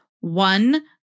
One